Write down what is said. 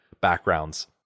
backgrounds